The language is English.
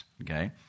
okay